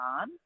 on